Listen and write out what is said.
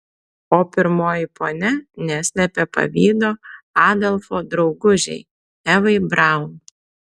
o pirmoji ponia neslėpė pavydo adolfo draugužei evai braun